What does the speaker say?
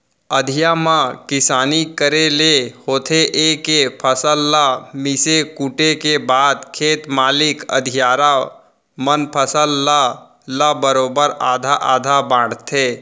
अधिया म किसानी करे ले होथे ए के फसल ल मिसे कूटे के बाद खेत मालिक अधियारा मन फसल ल ल बरोबर आधा आधा बांटथें